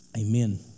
Amen